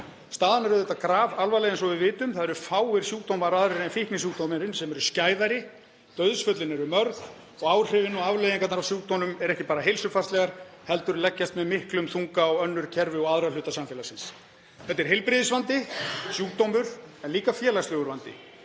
Staðan er auðvitað grafalvarleg eins og við vitum. Það eru fáir sjúkdómar aðrir en fíknisjúkdómurinn sem eru skæðari. Dauðsföllin eru mörg og áhrifin og afleiðingarnar af sjúkdómum eru ekki bara heilsufarslegar heldur leggjast með miklum þunga á önnur kerfi og aðra hluta samfélagsins. Þetta er heilbrigðisvandi, sjúkdómur, en líka félagslegur vandi.